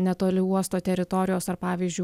netoli uosto teritorijos ar pavyzdžiui